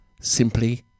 simply